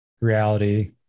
reality